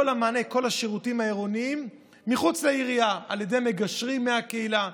המענה ואת כל השירותים העירוניים מחוץ לעירייה על ידי מגשרים מהקהילה.